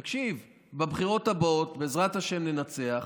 תקשיב, בבחירות הבאות בעזרת השם ננצח.